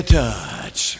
touch